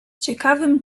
ciekawym